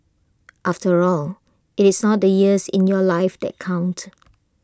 after all IT is not the years in your life that count